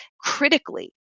critically